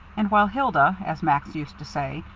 and while hilda, as max used to say,